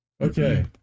Okay